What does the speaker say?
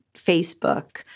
Facebook